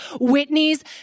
Whitney's